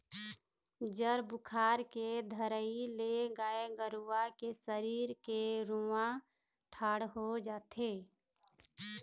जर बुखार के धरई ले गाय गरुवा के सरीर के रूआँ ठाड़ हो जाथे